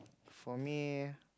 for me